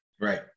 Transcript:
right